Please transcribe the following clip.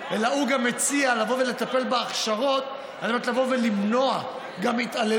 אלא הוא גם מציע לבוא ולטפל בהכשרות על מנת למנוע התעללות,